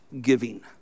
giving